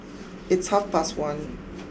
its half past one